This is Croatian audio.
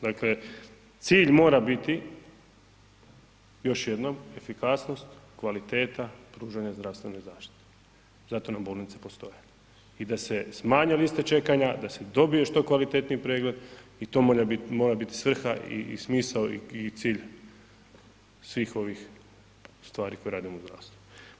Dakle cilj mora biti još jednom efikasnost, kvaliteta pružanja zdravstvene zaštite, zato nam bolnice postoje i da se smanje liste čekanja, da se dobije što kvalitetniji pregled i to mora biti svrha i smisao i cilj svih ovih stvari koje radimo u zdravstvu.